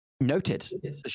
Noted